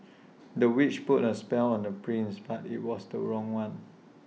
the witch put A spell on the prince but IT was the wrong one